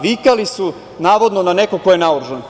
Vikali su, navodno, na nekog ko je naoružan.